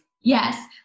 Yes